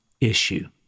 issue